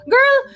Girl